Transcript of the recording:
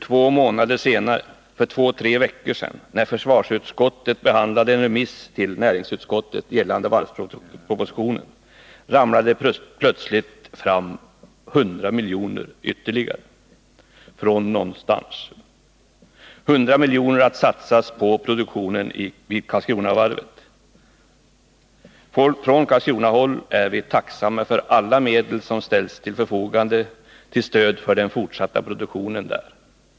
Två månader senare, för två tre veckor sedan, när försvarsutskottet behandlade en remiss till näringsutskottet gällande varvspropositionen, ramlade det någonstans ifrån plötsligt fram ytterligare 100 miljoner att satsas på produktion vid Karlskronavarvet. Från Karlskronahåll är vi tacksamma för alla medel som ställs till förfogande som stöd till den fortsatta produktionen vid Karlskronavarvet.